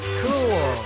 cool